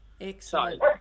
excellent